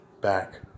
back